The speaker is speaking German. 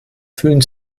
fühlen